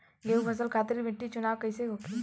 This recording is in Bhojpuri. गेंहू फसल खातिर मिट्टी चुनाव कईसे होखे?